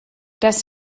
dass